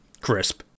crisp